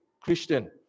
Christian